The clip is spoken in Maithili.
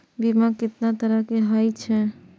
बीमा केतना तरह के हाई छै?